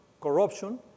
corruption